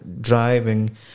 driving